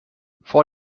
vor